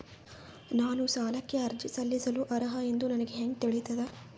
ನಾನು ಸಾಲಕ್ಕೆ ಅರ್ಜಿ ಸಲ್ಲಿಸಲು ಅರ್ಹ ಎಂದು ನನಗೆ ಹೆಂಗ್ ತಿಳಿತದ?